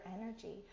energy